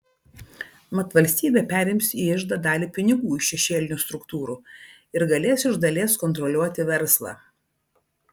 mat valstybė perims į iždą dalį pinigų iš šešėlinių struktūrų ir galės iš dalies kontroliuoti verslą